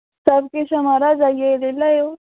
सब किश ऐ माराज आइयै ले लैयो